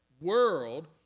world